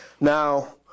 Now